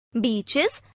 beaches